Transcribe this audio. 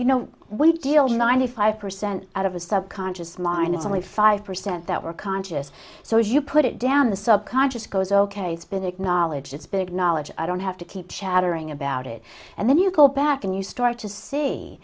you know when you deal ninety five percent out of a subconscious mind it's only five percent that were conscious so as you put it down the subconscious goes ok it's been acknowledged it's big knowledge i don't have to keep chattering about it and then you go back and you start to see